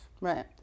right